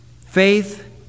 Faith